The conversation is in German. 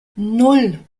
nan